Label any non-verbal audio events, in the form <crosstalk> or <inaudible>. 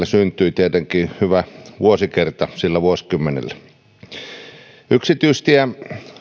<unintelligible> syntyi tietenkin hyvä vuosikerta yksityistie ja